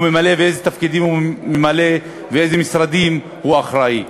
ממלא ואיזה תפקידים הוא ממלא ולאיזה משרדים הוא אחראי.